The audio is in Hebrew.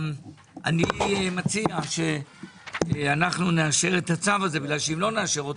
אני מציע שנאשר את הצו הזה כי אם לא נאשר,